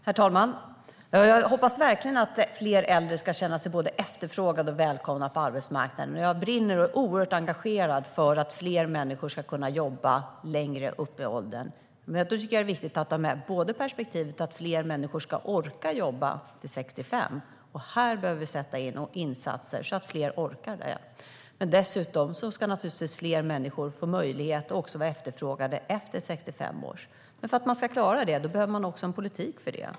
Herr talman! Jag hoppas verkligen att fler äldre ska känna sig både efterfrågade och välkomna på arbetsmarknaden. Jag brinner för och är oerhört engagerad i att fler människor ska kunna jobba längre upp i åldern. Jag tycker dock att det är viktigt att ha med perspektivet att fler människor ska orka jobba till 65. Vi behöver sätta in insatser så att fler orkar det. Fler människor ska dessutom få möjlighet att vara efterfrågade efter 65 år, men för att de ska klara det behövs en politik för detta.